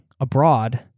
abroad